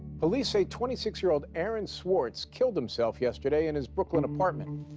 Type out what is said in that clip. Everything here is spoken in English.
police say twenty six year old aaron swartz killed himself yesterday in his brooklyn apartment.